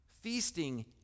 feasting